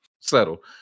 Settle